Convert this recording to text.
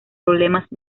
problemas